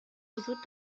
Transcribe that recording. وجود